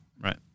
Right